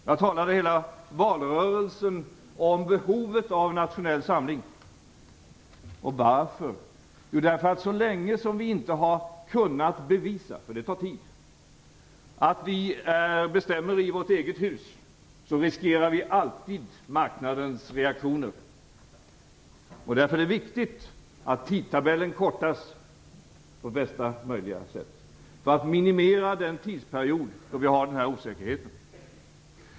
Jag talade redan i valrörelsen om behovet av nationell samling. Varför? Jo, därför att så att länge vi inte kunnat bevisa - det tar tid - att vi bestämmer i vårt eget hus, riskerar vi alltid marknadens reaktioner. Därför är det viktigt att tidtabellen kortas på bästa möjliga sätt för att minimera den tidsperiod då vi har denna osäkerhet.